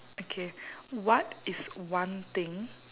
okay what is one thing